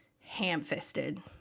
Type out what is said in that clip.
ham-fisted